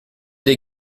des